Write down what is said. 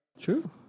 True